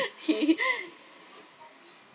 okay